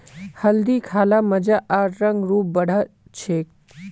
हल्दी खा ल मजा आर रंग रूप बढ़ा छेक